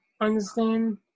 understand